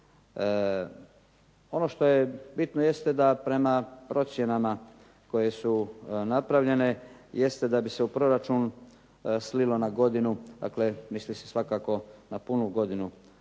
Ono što je bitno jeste da prema procjenama koje su napravljene jeste da bi se u proračun slilo na godinu dakle misli se svakako na punu godinu